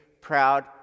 proud